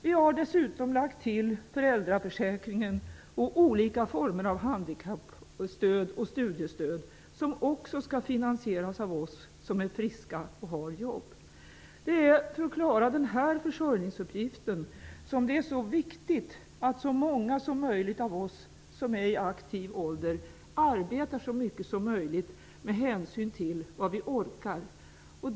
Vi har dessutom lagt till föräldraförsäkring och olika former av handikappstöd och studiestöd, som också skall finansieras av oss som är friska och har jobb. Det är för att klara den här försörjningsuppgiften som det är viktigt att så många som möjligt av oss som är i aktiv ålder arbetar så mycket som möjligt med hänsyn till vad vi orkar.